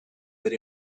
that